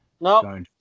No